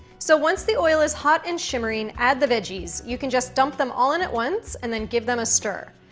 so once the oil is hot and shimmering, add the veggies, you can just dump them all in at once and then give them a stir.